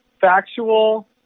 factual